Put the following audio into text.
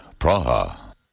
Praha